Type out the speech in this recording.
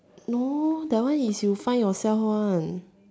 no that one is you find yourself one